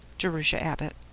jerusha abbott